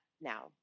now